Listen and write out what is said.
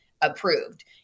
approved